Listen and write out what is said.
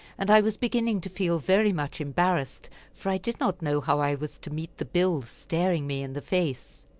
and i was beginning to feel very much embarrassed, for i did not know how i was to meet the bills staring me in the face.